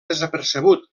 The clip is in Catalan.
desapercebut